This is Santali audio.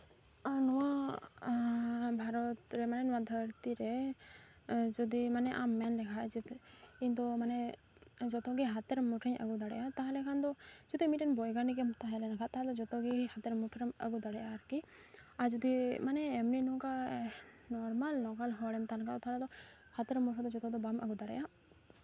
ᱟᱨ ᱱᱚᱣᱟ ᱵᱷᱟᱨᱚᱛ ᱨᱮ ᱢᱟᱱᱮ ᱱᱚᱣᱟ ᱫᱷᱟᱹᱨᱛᱤ ᱨᱮ ᱡᱩᱫᱤ ᱢᱟᱱᱮ ᱟᱢ ᱢᱮᱱ ᱞᱮᱠᱷᱟᱱ ᱡᱮ ᱤᱧᱫᱚ ᱢᱟᱱᱮ ᱡᱚᱛᱚᱜᱮ ᱦᱟᱛᱮᱨ ᱢᱩᱴᱷᱳᱧ ᱟᱹᱜᱩ ᱫᱟᱲᱮᱭᱟᱜᱼᱟ ᱛᱟᱦᱚᱞᱮ ᱠᱷᱟᱱ ᱫᱚ ᱡᱩᱫᱤ ᱢᱤᱫᱴᱮᱱ ᱵᱳᱭᱜᱟᱱᱤᱠ ᱮᱢ ᱛᱟᱦᱮᱸ ᱞᱮᱱᱠᱷᱟᱱ ᱛᱟᱦᱚᱞᱮ ᱡᱚᱛᱚᱜᱮ ᱦᱟᱛᱮᱨ ᱢᱩᱴᱷᱳ ᱨᱮᱢ ᱟᱹᱜᱩ ᱫᱟᱲᱮᱭᱟᱜᱼᱟ ᱟᱨᱠᱤ ᱟᱨ ᱡᱩᱫᱤ ᱢᱟᱱᱮ ᱮᱢᱱᱤ ᱱᱚᱝᱠᱟ ᱱᱚᱨᱢᱟᱞ ᱱᱚᱨᱢᱟᱞ ᱦᱚᱲ ᱮᱢ ᱛᱟᱦᱮᱸ ᱞᱮᱱᱠᱷᱟᱱ ᱛᱟᱦᱚᱞᱮ ᱫᱚ ᱦᱟᱛᱮᱨ ᱢᱩᱴᱷᱳᱭ ᱡᱚᱛᱚ ᱫᱚ ᱵᱟᱢ ᱟᱹᱜᱩ ᱫᱟᱲᱮᱭᱟᱜᱼᱟ